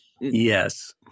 Yes